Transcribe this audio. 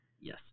Yes